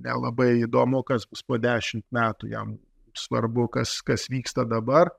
nelabai įdomu kas bus po dešimt metų jam svarbu kas kas vyksta dabar